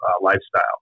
lifestyle